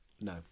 no